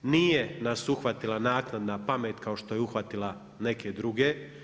Nije nas uhvatila naknadna pamet kao što je uhvatila neke druge.